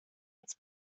its